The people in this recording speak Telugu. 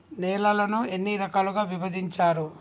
నేలలను ఎన్ని రకాలుగా విభజించారు?